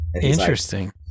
Interesting